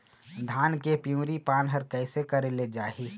धान के पिवरी पान हर कइसे करेले जाही?